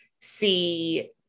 see